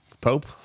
Pope